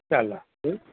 ચાલો હં